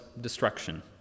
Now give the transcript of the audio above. destruction